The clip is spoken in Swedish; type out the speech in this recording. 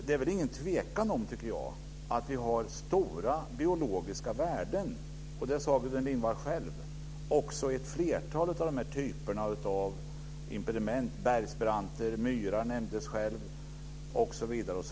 Det är väl ingen tvekan om att vi har stora biologiska värden, och det sade Gudrun Lindvall själv, också i ett flertal i den här typen av impediment - bergsbranter, myrar osv.